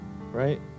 Right